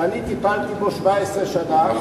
שאני טיפלתי בו 17 שנה,